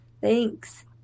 thanks